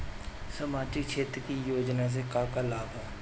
सामाजिक क्षेत्र की योजनाएं से क्या क्या लाभ है?